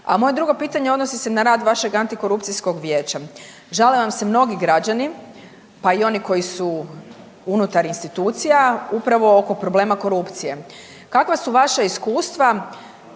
A moje drugo pitanje odnosi se na rad vašeg antikorupcijskog vijeća. Žale vam se mnogi građani pa i oni koji su unutar institucija upravo oko problema korupcije. Kakva su vaša iskustava,